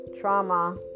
trauma